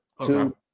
Two